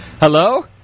Hello